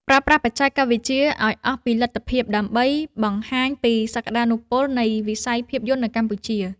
ប្រើប្រាស់បច្ចេកវិទ្យាឱ្យអស់ពីលទ្ធភាពដើម្បីបង្ហាញពីសក្ដានុពលនៃវិស័យភាពយន្តនៅកម្ពុជា។